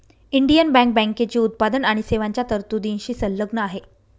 Indian bank बँकेची उत्पादन आणि सेवांच्या तरतुदींशी संलग्न आहे